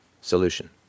solution